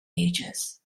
ages